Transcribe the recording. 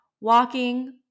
walking